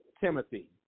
Timothy